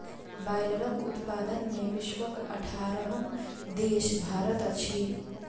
बायलरक उत्पादन मे विश्वक अठारहम देश भारत अछि